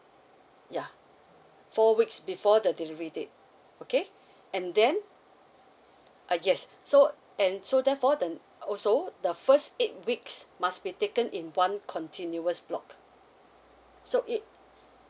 yeah four weeks before the delivery date okay and then uh yes so and so therefore the also the first eight weeks must be taken in one continuous block so it